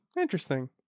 Interesting